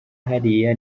hariya